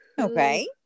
okay